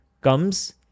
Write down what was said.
comes